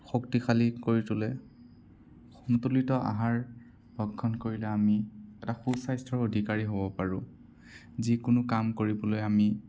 শক্তিশালী কৰি তোলে সন্তুলিত আহাৰ ভক্ষণ কৰিলে আমি এটা সুস্বাস্থ্যৰ অধিকাৰী হ'ব পাৰোঁ যিকোনো কাম কৰিবলৈ আমি